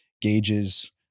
gauges